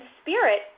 spirit